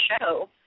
show